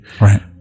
Right